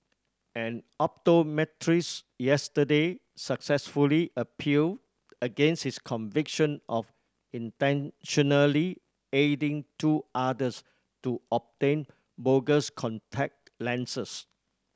an optometrist yesterday successfully appealed against his conviction of intentionally aiding two others to obtain bogus contact lenses